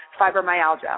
fibromyalgia